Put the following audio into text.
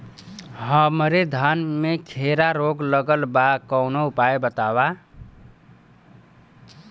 हमरे धान में खैरा रोग लगल बा कवनो उपाय बतावा?